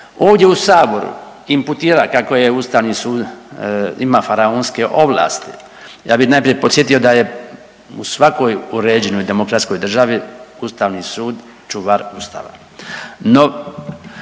ovdje u saboru imputira kako je Ustavni sud ima faraonske ovlasti, ja bih najprije podsjetio da je u svakoj uređenoj demokratskoj državi Ustavni sud čuvar Ustava.